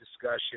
discussion